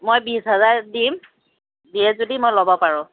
মই বিছ হাজাৰ দিম দিয়ে যদি মই ল'ব পাৰোঁ